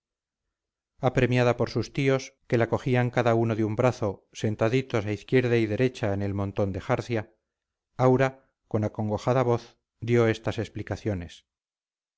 cendeja apremiada por sus tíos que la cogían cada uno de un brazo sentaditos a izquierda y derecha en el montón de jarcia aura con acongojada voz dio estas explicaciones